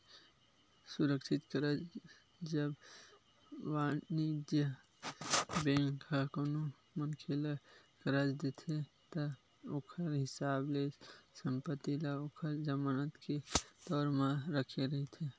सुरक्छित करज, जब वाणिज्य बेंक ह कोनो मनखे ल करज देथे ता ओखर हिसाब ले संपत्ति ल ओखर जमानत के तौर म रखे रहिथे